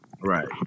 Right